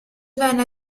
venne